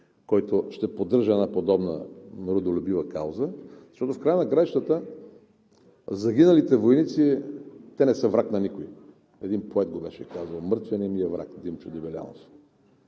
който ще поддържа една по-добра родолюбива кауза, защото в края на краищата загиналите войници не са враг на никой. Един поет беше казал: „Мъртвият не ни е враг“ – Димчо Дебелянов.